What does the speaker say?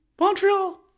Montreal